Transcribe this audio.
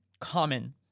common